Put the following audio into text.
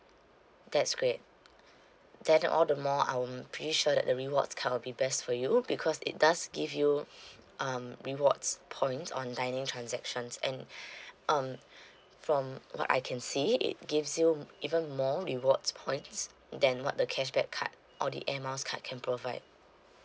that's great then all the more I'm pretty sure that the rewards card will be best for you because it does give you um rewards points on dining transactions and um from what I can see it gives you even more rewards points then what the cashback card or the air miles card can provide